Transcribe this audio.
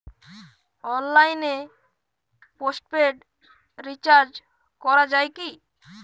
অনলাইনে postpaid recharge করা যায় কি?